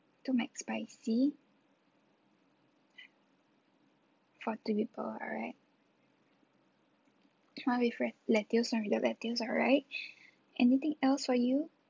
two mcspicy for two people alright one with let~ lettuce one without lettuce alright anything else for you